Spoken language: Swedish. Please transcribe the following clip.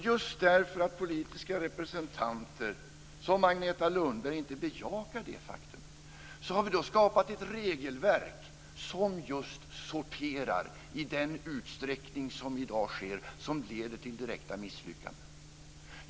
Just därför att politiska representanter, som Agneta Lundberg, inte bejakar detta faktum har vi skapat ett regelverk som just sorterar i den utsträckning som i dag sker, som leder till direkta misslyckanden.